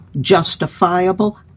justifiable